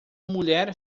mulher